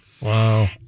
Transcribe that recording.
Wow